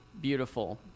beautiful